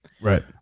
Right